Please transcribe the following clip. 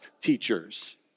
teachers